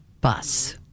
bus